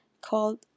called